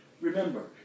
Remember